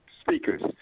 speakers